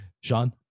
Sean